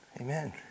Amen